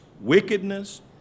wickedness